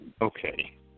Okay